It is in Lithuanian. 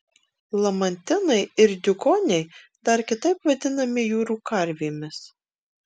lamantinai ir diugoniai dar kitaip vadinami jūrų karvėmis